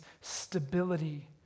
stability